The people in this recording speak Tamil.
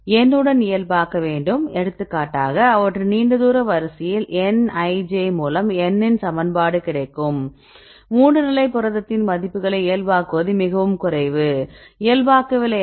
n உடன் இயல்பாக்க வேண்டும் எடுத்துக்காட்டாக அவற்றின் நீண்ட தூர வரிசையில் nij மூலம் n இன் சமன்பாடு கிடைக்கும் 3 நிலை புரதத்தின் மதிப்புகளை இயல்பாக்குவது மிகவும் குறைவு இயல்பாக்கவில்லை என்றால் இது 0